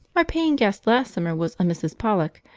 our paying guest last summer was a mrs. pollock,